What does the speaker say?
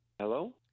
Hello